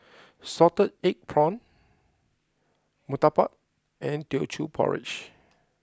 Salted Egg Prawns Murtabak and Teochew Porridge